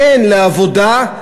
כן לעבודה,